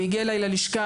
הוא הגיע אליי ללשכה,